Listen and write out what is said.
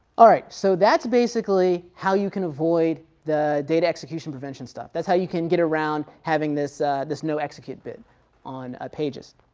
so that's basically how you can avoid the data execution prevention stuff. that's how you can get around having this this no execute bit on ah pages.